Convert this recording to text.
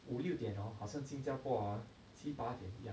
五六点钟 hor 好像新加坡 hor 七八点一样